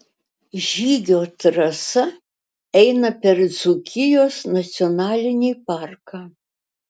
žygio trasa eina per dzūkijos nacionalinį parką